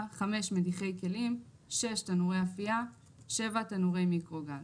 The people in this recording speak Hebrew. מדיחי כלים תנורי אפייה תנורי מיקרוגל